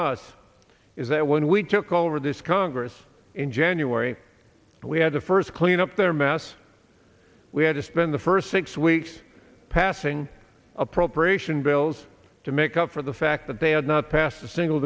us is that when we took over this congress in january that we had to first clean up their mess we had to spend the first six weeks passing appropriation bills to make up for the fact that they had not passed a single